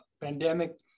pandemic